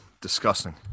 disgusting